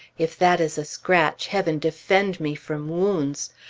if that is a scratch, heaven defend me from wounds!